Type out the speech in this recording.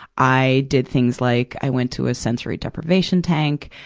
i did things like, i went to a sensory deprivation tank.